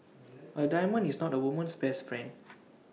A diamond is not A woman's best friend